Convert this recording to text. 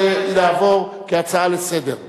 זה יעבור כהצעה לסדר-היום.